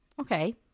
okay